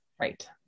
right